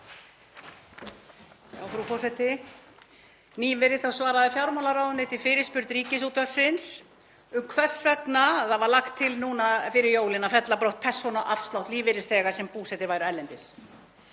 Frú forseti. Nýverið svaraði fjármálaráðuneytið fyrirspurn Ríkisútvarpsins um hvers vegna það var lagt til núna fyrir jólin að fella brott persónuafslátt lífeyrisþega sem búsettir væru erlendis.